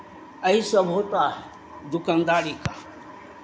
यही सब होता है दुकानदारी का